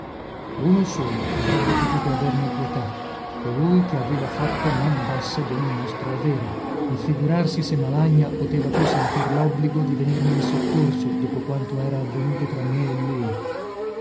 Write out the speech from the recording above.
uno solo avrebbe potuto averne pietà colui che aveva fatto man bassa dogni nostro avere ma figurarsi se malagna poteva più sentir lobbligo di venirmi in soccorso dopo quanto era avvenuto tra me e lui